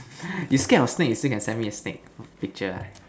you scared of snake you still can send snake picture ah